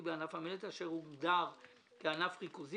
בענף המלט אשר הוגדר כענף ריכוזי.